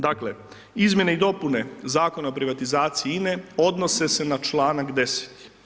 Dakle, izmjene i dopuni Zakona o privatizaciji INE odnose se na članak 10.